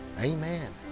amen